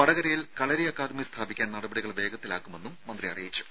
വടകരയിൽ കളരി അക്കാദമി സ്ഥാപിക്കാൻ നടപടികൾ വേഗത്തിലാക്കുമെന്നും മന്ത്രി അറിയിച്ചു